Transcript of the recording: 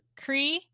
kree